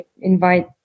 invite